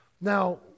Now